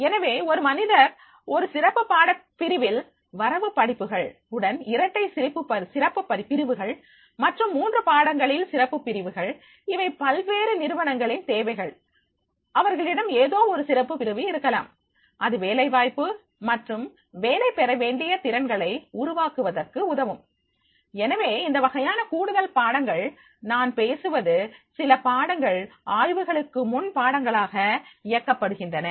எனவே ஒரு மனிதர் ஒரு சிறப்பு பாடப் பிரிவில் வரவு படிப்புகள் உடன் இரட்டை சிறப்புப் பிரிவுகள் மற்றும் மூன்று பாடங்களில் சிறப்புப் பிரிவுகள் இவை பல்வேறு நிறுவனங்களின் தேவைகள் அவர்களிடம் ஏதோ ஒரு சிறப்பு பிரிவு இருக்கலாம் இது வேலைவாய்ப்பு மற்றும் வேலை பெறவேண்டிய திறன்களை உருவாக்குவதற்கு உதவும் எனவே இந்த வகையான கூடுதல் பாடங்கள் நான் பேசுவது சில பாடங்கள் ஆய்வுகளுக்கு முன் பாடங்களாக இயக்கப்படுகின்றன